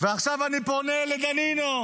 פה זה ערוץ אחד --- ועכשיו אני פונה לדנינו,